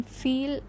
feel